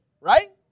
right